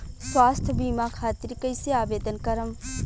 स्वास्थ्य बीमा खातिर कईसे आवेदन करम?